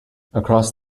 across